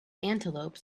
antelopes